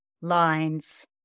lines